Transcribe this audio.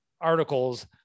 articles